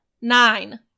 Nine